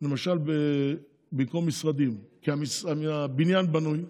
למשל במקום משרדים, כי הבניין בנוי,